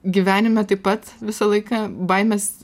gyvenime taip pat visą laiką baimės